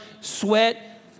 sweat